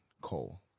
Cole